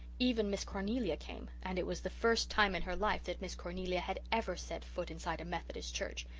even miss cornelia came and it was the first time in her life that miss cornelia had ever set foot inside a methodist church.